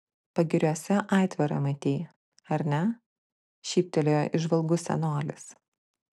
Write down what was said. pagiriuose aitvarą matei ar ne šyptelėjo įžvalgus senolis